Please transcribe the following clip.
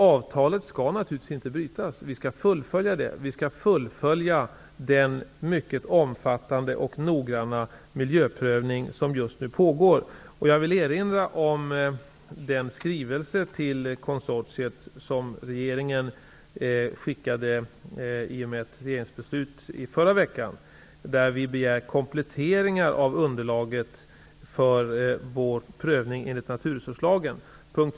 Avtalet skall naturligtvis inte brytas. Vi skall fullfölja det, med den mycket omfattande och noggranna miljöprövning som just nu pågår. Jag vill erinra om den skrivelse till konsortiet som regeringen skickade i samband med ett regeringsbeslut i förra veckan, där vi begär kompletteringar av underlaget för vår prövning enligt naturresurslagen.